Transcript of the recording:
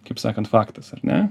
kaip sakant faktas ar ne